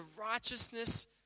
righteousness